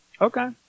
Okay